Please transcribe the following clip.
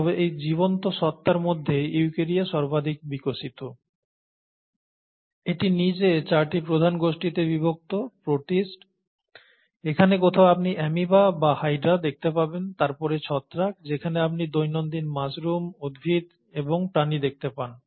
তবে এই জীবন্ত সত্তার মধ্যে ইউকেরিয়া সর্বাধিক বিকশিত এটি নিজে চারটি প্রধান গোষ্ঠীতে বিভক্ত প্রোটিস্ট এখানে কোথাও আপনি অ্যামিবা বা হাইড্রা দেখতে পাবেন তারপরে ছত্রাক যেখানে আপনি দৈনন্দিন মাশরুম উদ্ভিদ এবং প্রাণী দেখতে পান